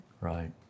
Right